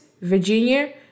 Virginia